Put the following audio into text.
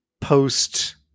post